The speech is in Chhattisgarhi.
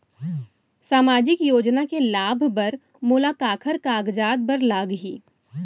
सामाजिक योजना के लाभ बर मोला काखर कागजात बर लागही?